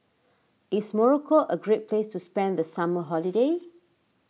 is Morocco a great place to spend the summer holiday